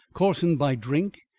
coarsened by drink,